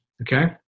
okay